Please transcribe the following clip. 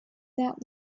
that